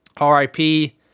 RIP